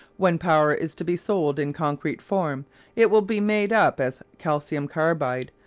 when power is to be sold in concrete form it will be made up as calcium carbide,